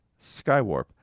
Skywarp